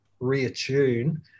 reattune